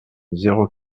zéro